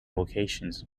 locations